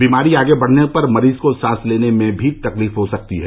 बीमारी आगे बढ़ने पर मरीज को सांस लेने में भी तकलीफ हो सकती है